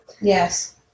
Yes